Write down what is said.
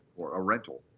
for a rental.